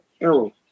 arrow